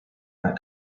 that